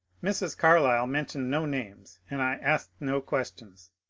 mrs. carlyle mentioned no names, and i asked no questions.